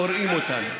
קוראים אותנו.